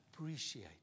Appreciate